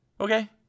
okay